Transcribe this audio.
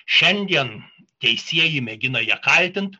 šiandien teisieji mėgina ją kaltinti